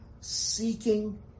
seeking